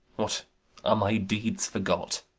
what, are my deeds forgot?